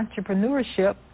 entrepreneurship